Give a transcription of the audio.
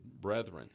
brethren